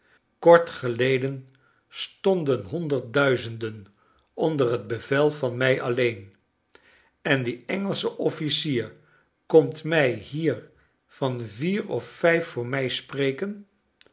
kort geleden stonden honderd duizendenonder het bevel van mij alleen en die engelsche officier komt mij hier van vier of vijf voor mij spreken